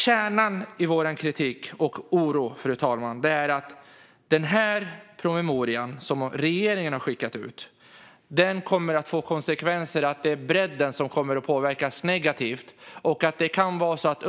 Kärnan i vår kritik och oro, fru talman, är att den här promemorian som regeringen har skickat ut kommer att få konsekvensen att bredden kommer att påverkas negativt.